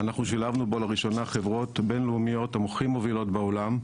אנחנו שילבנו בו לראשונה חברות בין-לאומיות הכי מובילות בעולם,